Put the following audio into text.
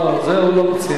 לא, את זה הוא לא מציע.